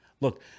Look